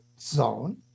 zone